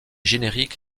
génériques